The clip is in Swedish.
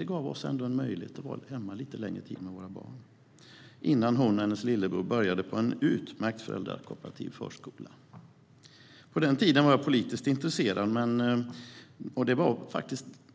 Det gav oss en möjlighet att vara hemma lite längre tid med våra barn innan vår dotter och hennes lillebror började på en utmärkt förskola som drevs av ett föräldrakooperativ. På den tiden var jag politiskt intresserad,